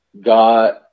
God